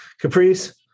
Caprice